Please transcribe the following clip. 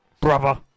brother